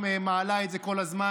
גם חברת הכנסת שטרית מעלה את זה כל הזמן,